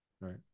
Right